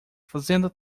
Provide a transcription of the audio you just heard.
fazenda